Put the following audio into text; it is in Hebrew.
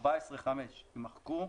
14(5)" - יימחקו.